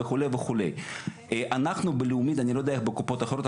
אנחנו חברים קרובים?